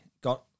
got